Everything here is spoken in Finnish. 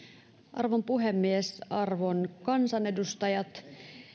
arvon puhemies arvon kansanedustajat